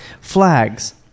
Flags